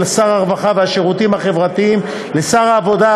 שר הרווחה והשירותים החברתיים ל-שר העבודה,